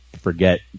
forget